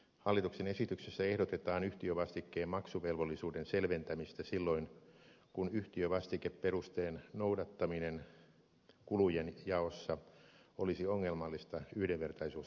hallituksen esityksessä ehdotetaan yhtiövastikkeen maksuvelvollisuuden selventämistä silloin kun yhtiövastikeperusteen noudattaminen kulujen jaossa olisi ongelmallista yhdenvertaisuusnäkökulmasta